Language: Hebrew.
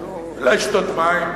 אנחנו, אולי לשתות מים.